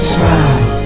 Smile